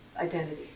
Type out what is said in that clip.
identity